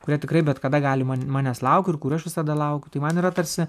kurie tikrai bet kada gali man manęs lauk ir kurių aš visada laukiu tai man yra tarsi